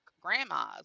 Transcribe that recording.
grandmas